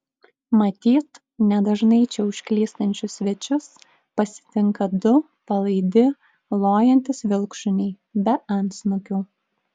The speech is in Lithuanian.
matyt nedažnai čia užklystančius svečius pasitinka du palaidi lojantys vilkšuniai be antsnukių